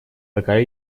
пока